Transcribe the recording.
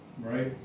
Right